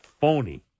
phony